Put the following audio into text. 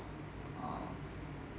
oh